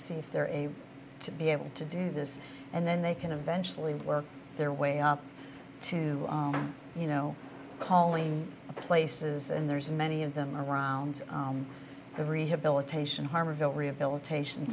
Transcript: see if they're able to be able to do this and then they can eventually work their way up to you know calling places and there's many of them around the rehabilitation harville rehabilitation